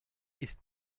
ist